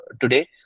today